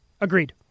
Agreed